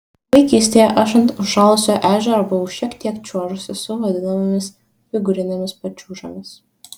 vaikystėje aš ant užšalusio ežero buvau šiek tiek čiuožusi su vadinamomis figūrinėmis pačiūžomis